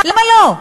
למה לא?